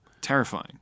Terrifying